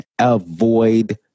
Avoid